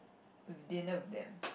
with dinner with them